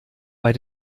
bei